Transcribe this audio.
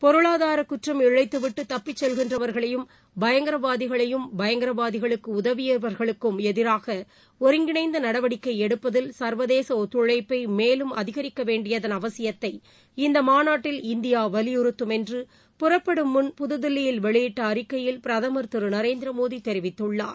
பொருளாதார குற்றம் இழைத்துவிட்டு தப்பிச் செல்கின்றவர்களையும் பயங்கரவாதிகளையும் பயங்கரவாதிகளுக்கு உதவியவா்களுக்கும் எதிராக ஒருங்கிணைந்த நடவடிக்கை எடுப்பதில் சா்வதேச ஒத்துழைப்பை மேலும் அதிகரிக்க வேண்டியதன் அவசியத்தை இந்த மாநாட்டில் இந்தியா வலியுறுத்தும் என்று பறப்படும் முன் புதில்லியில் வெளியிட்ட அறிக்கையில் பிரதம் திரு நரேந்திரமோடி தெரிவித்துள்ளார்